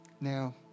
Now